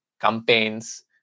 campaigns